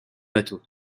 bateaux